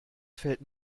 fällt